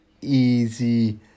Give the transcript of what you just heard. Easy